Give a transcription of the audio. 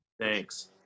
Thanks